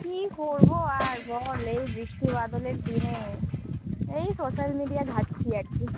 কী করবো আর বল এই বৃষ্টি বাদলের দিনে এই সোশ্যাল মিডিয়া ঘাঁটছি আর কি